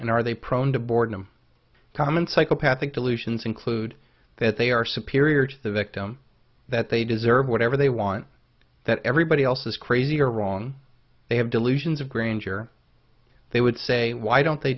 and are they prone to boredom common psychopathic delusions include that they are superior to the victim that they deserve whatever they want that everybody else is crazy or wrong they have delusions of grandeur they would say why don't they